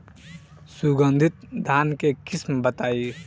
सुगंधित धान के किस्म बताई?